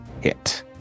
hit